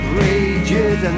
rages